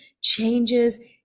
changes